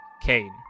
Kane